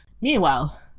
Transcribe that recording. Meanwhile